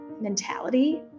mentality